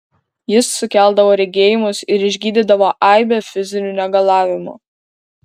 jis sukeldavo regėjimus ir išgydydavo aibę fizinių negalavimų